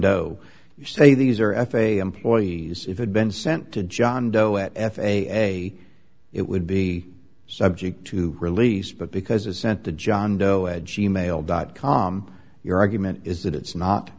doe you say these are f a a employees if had been sent to john doe at f a a it would be subject to release but because it sent the john doe edgy mail dot com your argument is that it's not